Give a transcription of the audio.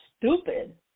stupid